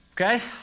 Okay